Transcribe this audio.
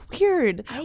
weird